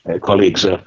colleagues